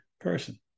person